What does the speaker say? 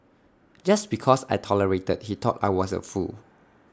just because I tolerated he thought I was A fool